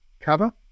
cover